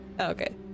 Okay